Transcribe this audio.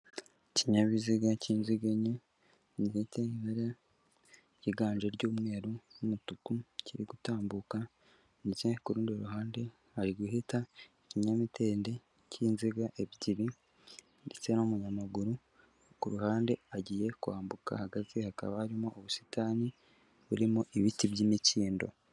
Ikinyabiziga cy'inziga enye ndetse ryiganje ry'umweru n'umutuku kiri gutambuka, ndetse kurundi ruhande hari guhita ikinyamitende cy'inziga ebyiri ndetse n'umunyamaguru ku ruhande agiye kwambuka ahagaze hakaba harimo ubusitani burimo ibiti by'imikindo.